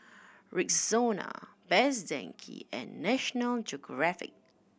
Rexona Best Denki and National Geographic